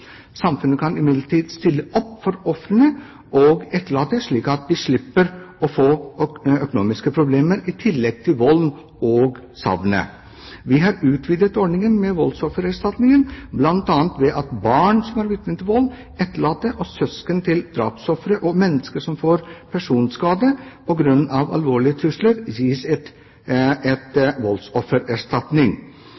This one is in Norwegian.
Samfunnet kan imidlertid stille opp for ofrene og for etterlatte, slik at de slipper å få økonomiske problemer i tillegg til vold og til savnet. Vi har utvidet ordningen med voldsoffererstatning, bl.a. ved at barn som er vitne til vold, etterlatte og søsken til drapsofre og mennesker som får personskade på grunn av alvorlige trusler, gis